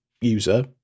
user